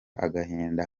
agahinda